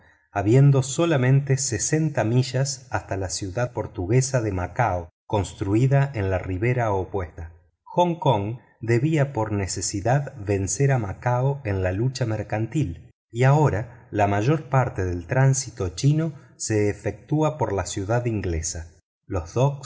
habiendo solamente sesenta millas hasta la ciudad portuguesa de macao construída en la ribera opuesta hong kong debía por necesidad vencer a macao en la lucha mercantil y ahora la mayor parte del tránsito chino se efectúa por la ciudad inglesa los